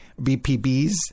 BPBs